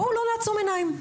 בואו לא נעצום עיניים.